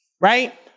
right